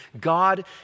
God